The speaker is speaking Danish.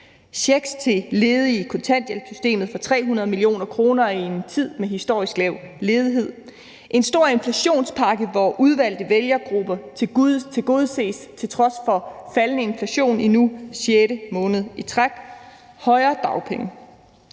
checks til ledige i kontanthjælpssystemet for 300 mio. kr. i en tid med historisk lav ledighed; en stor inflationspakke, hvor udvalgte vælgergrupper tilgodeses til trods for faldende inflation for nu sjette måned i træk; højere dagpenge.